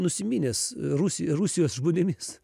nusiminęs rusija rusijos žmonėmis